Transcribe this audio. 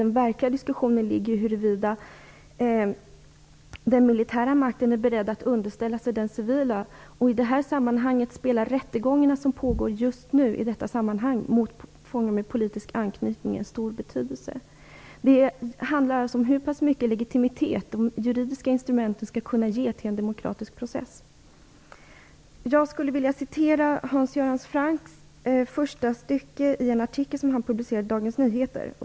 Den verkliga diskussionen ligger ju i huruvida den militära makten är beredd att underställa sig den civila. I det här sammanhanget har de rättegångar som pågår just nu mot fångar med politisk anknytning en stor betydelse. Det handlar alltså om hur stor legitimitet de juridiska instrumenten skall kunna ge till en demokratisk process. Jag skulle vilja citera första stycket i en artikel som Hans Görans Franck publicerat i Dagens Nyheter.